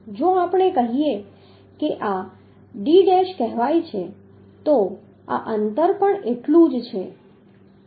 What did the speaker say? જો આપણે કહીએ કે d' કહેવાય છે તો આ અંતર પણ એટલું જ છે